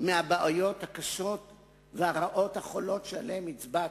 מהבעיות הקשות ומהרעות החולות שעליהן הצבעת,